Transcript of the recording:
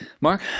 Mark